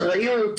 אחריות,